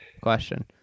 question